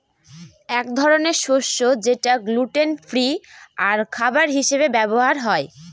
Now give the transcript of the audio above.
এক ধরনের শস্য যেটা গ্লুটেন ফ্রি আর খাবার হিসাবে ব্যবহার হয়